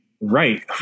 right